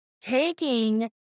taking